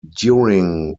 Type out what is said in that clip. during